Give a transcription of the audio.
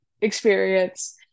experience